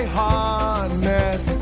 harness